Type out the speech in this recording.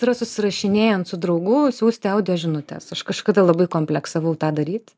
yra susirašinėjant su draugu siųsti audio žinutes aš kažkada labai kompleksavau tą daryt